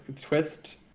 twist